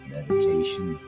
Meditation